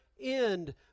end